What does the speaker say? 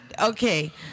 Okay